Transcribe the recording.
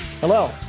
Hello